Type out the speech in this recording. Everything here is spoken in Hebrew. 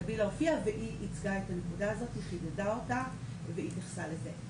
הופיעה והיא ייצגה את הנקודה הזאת היא חידדה אותה והתייחסה לזה.